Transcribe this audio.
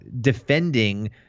defending